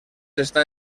estan